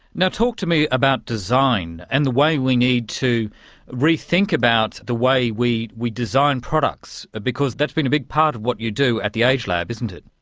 now talk to me about design, and the way we need to re-think about the way we we design products, because that's been a big part of what you do at the agelab, isn't it?